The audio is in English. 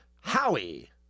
Howie